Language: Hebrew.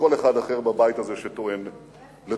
מכל אחד אחר בבית הזה שטוען לטובתו.